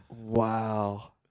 Wow